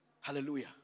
Hallelujah